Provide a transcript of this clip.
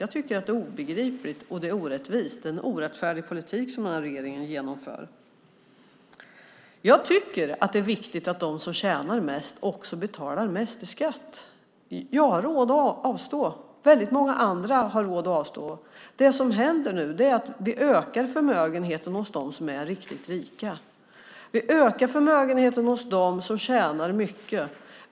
Jag tycker att det är obegripligt, och det är orättvist. Det är en orättfärdig politik som den här regeringen för. Jag tycker att det är viktigt att de som tjänar mest också betalar mest i skatt. Jag har råd att avstå. Väldigt många andra har råd att avstå. Det som nu händer är att vi ökar förmögenheten hos dem som är riktigt rika. Vi ökar förmögenheten hos dem som tjänar mycket.